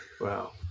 Wow